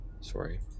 sorry